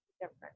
different